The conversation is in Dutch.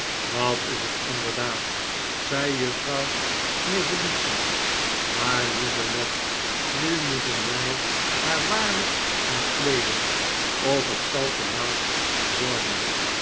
dat is het inderdaad zei juffrouw snevellicci maar lieve led nu moeten wij haar waarlijk gaan kleeden of het zal te laat worden